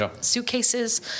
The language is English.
suitcases